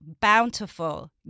bountiful